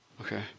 okay